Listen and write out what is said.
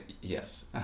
yes